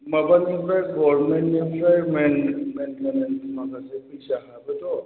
माबानिफ्राइ गभर्नमेन्टनिफ्राइ मेइन्टेनेन्स माखासे फैसा हाबोथ'